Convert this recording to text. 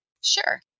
Sure